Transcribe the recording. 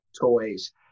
toys